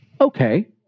Okay